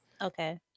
okay